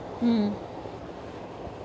mm